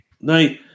now